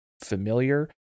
familiar